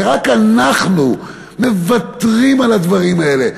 ורק אנחנו מוותרים על הדברים האלה,